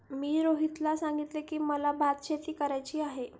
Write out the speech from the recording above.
मी रोहितला सांगितले की, मला भातशेती करायची आहे